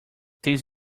this